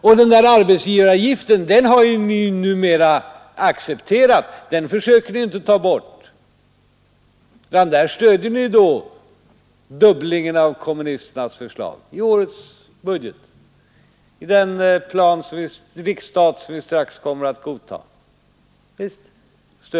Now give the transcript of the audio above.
Och arbetsgivaravgiften har ni ju numera accepterat Den försöker ni inte ta bort, utan där stöder ni dubblingen av kommunisternas förslag i den riksstat som vi strax kommer att godta.